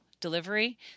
delivery